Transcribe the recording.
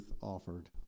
offered